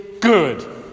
good